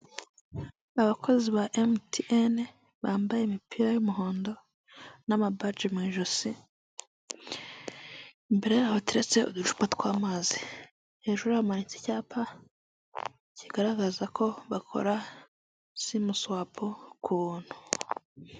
Abakozi ba emutiyene bambaye imipira y'umuhondo n'amabaji mu ijosi, imbere yabo hateretse uducupa tw'amazi hejuru yabo hamanitse icyapa kigaragaza ko bakora simu swapu ku buntu.